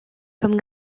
comme